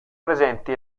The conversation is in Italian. presenti